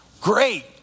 great